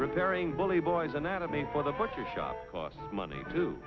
repairing bullyboys anatomy for the butcher shop costs money to